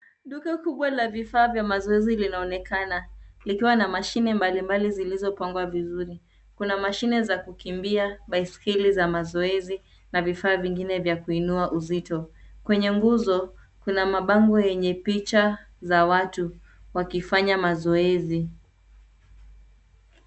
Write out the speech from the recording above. Duka kubwa la vifaa vya mazoezi linaonekana likiwa na mashine mbalimbali zilizopangwa vizuri. Kuna mashine za kukimbia, baiskeli za mazoezi na vifaa vingine vya kuinua uzito. Kwenye nguzo, kuna mabango yenye picha za watu wakifanya mazoezi.